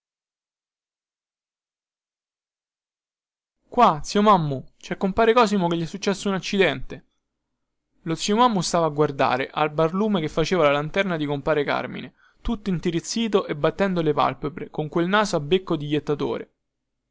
qua zio mommu cè compare cosimo che gli è successo un accidente lo zio mommu stava a guardare al barlume che faceva la lanterna di compare carmine tutto intirizzito e battendo le palpebre con quel naso a becco di jettatore